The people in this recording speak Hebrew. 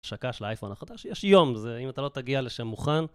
שקש לאייפון החדש, יש יום, אם אתה לא תגיע לשם מוכן.